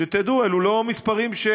שתדעו: הם שונים,